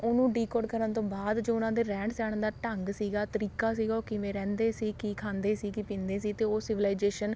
ਉਹਨੂੰ ਡੀਕੋਡ ਕਰਨ ਤੋਂ ਬਾਅਦ ਜੋ ਉਹਨਾਂ ਦੇ ਰਹਿਣ ਸਹਿਣ ਦਾ ਢੰਗ ਸੀਗਾ ਤਰੀਕਾ ਸੀਗਾ ਉਹ ਕਿਵੇਂ ਰਹਿੰਦੇ ਸੀ ਕੀ ਖਾਂਦੇ ਸੀ ਕੀ ਪੀਂਦੇ ਸੀ ਅਤੇ ਉਹ ਸਿਵਲਾਈਜੇਸ਼ਨ